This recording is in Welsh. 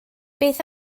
beth